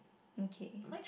mm kay